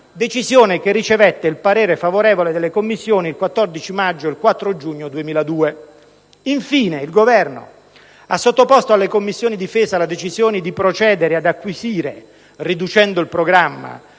decisione ricevette il parere favorevole delle Commissioni il 14 maggio e il 4 giugno 2002. Infine, il Governo ha sottoposto alle Commissioni difesa la decisione di procedere ad acquisire, riducendo il programma,